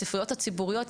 הספריות הציבוריות,